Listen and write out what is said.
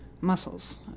muscles